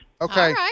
okay